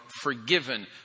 forgiven